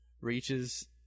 reaches